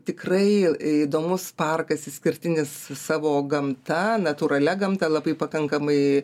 tikrai įdomus parkas išskirtinis savo gamta natūralia gamta labai pakankamai